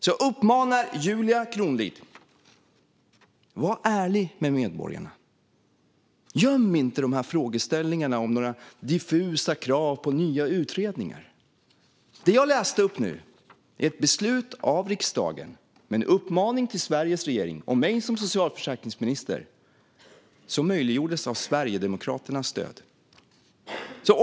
Jag uppmanar Julia Kronlid: Var ärlig mot medborgarna! Göm inte frågeställningarna bakom några diffusa krav på nya utredningar! Det jag nu läste upp är ett beslut av riksdagen med en uppmaning till Sveriges regering och mig som socialförsäkringsminister som möjliggjordes av Sverigedemokraternas stöd.